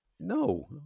No